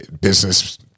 business